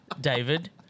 David